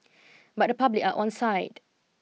but the public are onside